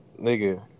Nigga